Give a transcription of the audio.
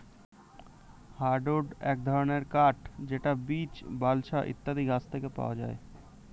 hardwood এক ধরনের কাঠ যেটা বীচ, বালসা ইত্যাদি গাছ থেকে পাওয়া যায়